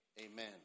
Amen